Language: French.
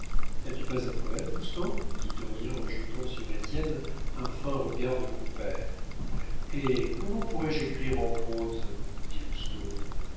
n'as-tu pas un poème lousteau dit dauriat en jetant sur étienne un fin regard de compère eh comment pourrais-je écrire en prose dit